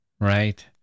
Right